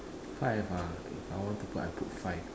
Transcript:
five ah if I want to put I put five